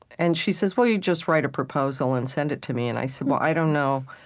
and she says, well, you just write a proposal and send it to me. and i said, well, i don't know.